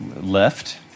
Left